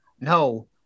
no